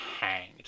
hanged